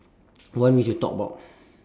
want me to talk about